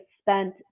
spent